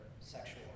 sexual